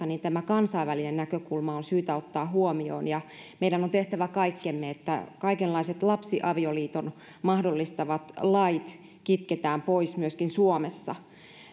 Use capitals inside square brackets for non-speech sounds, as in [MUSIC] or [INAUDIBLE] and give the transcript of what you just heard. [UNINTELLIGIBLE] niin tämä kansainvälinen näkökulma on syytä ottaa huomioon ja meidän on tehtävä kaikkemme että kaikenlaiset lapsiavioliiton mahdollistavat lait kitketään pois myöskin suomessa